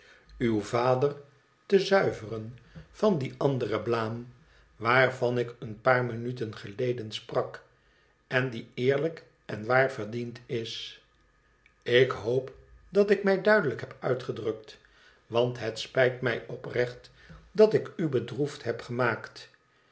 uw vader te zuiveren van die andere blaam waarvan ik een paar minuten geleden sprak en die eerlijk en waar verdiend is ik hoop dat ik mij duidelijk heb uitgedrukt want het spijt mij oprecht dat ik u bedroefd heb gemaajst